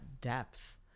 depth